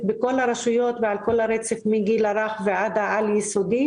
בכל הרשויות ועל כל הרצף מהגיל הרך ועד העל-יסודי.